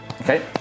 Okay